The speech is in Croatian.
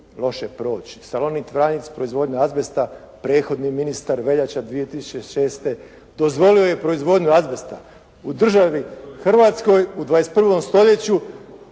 Salonit Vranjic, proizvodnja azbesta, prethodni ministar, veljača 2006., dozvolio je proizvodnju azbesta u državi Hrvatskoj u 21. stoljeću,